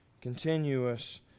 continuous